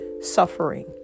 suffering